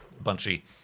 bunchy